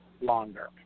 longer